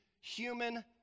human